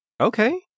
Okay